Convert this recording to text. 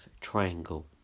Triangle